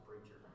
preacher